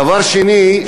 דבר שני,